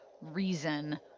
reason